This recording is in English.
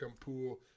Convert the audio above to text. Pool